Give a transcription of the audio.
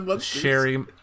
Sherry